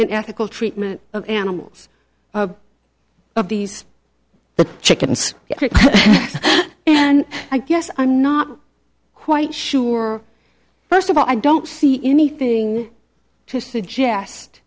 and ethical treatment of animals of of these the chickens and i guess i'm not quite sure first of all i don't see anything to suggest